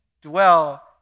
dwell